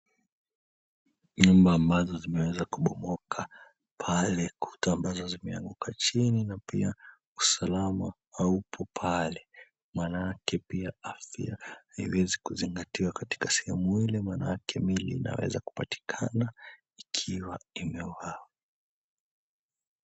Nyumba ambazo zimeweza kubomoka pale kuta ambazo zimeanguka chini na pia usalama haupo pale manake pia afya haiwezi kuzingatiwa katika sehemu ile manake miili inaweza kupatikana ikiwa imeuawa.